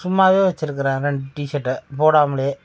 சும்மாவே வச்சு இருக்கிறேன் ரெண்டு டி ஷர்ட்டை போடாமலேயே